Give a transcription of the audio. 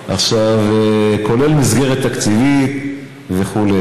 כולל מסגרת תקציבית וכו'.